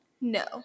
No